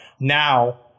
Now